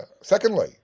secondly